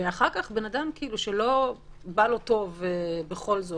ואחר כך אדם שזה לא "בא לו בטוב" ובכל זאת